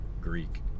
Greek